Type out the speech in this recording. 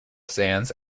sands